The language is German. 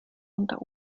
unter